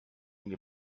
nie